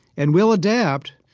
and we'll adapt,